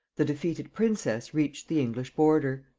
the defeated princess reached the english border.